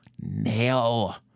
nail